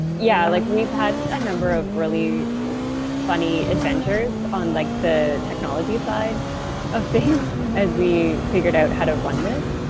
yeah, like we've had a number of really funny adventures on like the technology side of things as we figured out how to run this.